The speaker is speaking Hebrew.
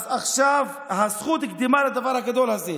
זכות הקדימה לדבר הגדול הזה,